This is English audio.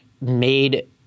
made